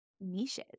niches